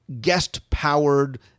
guest-powered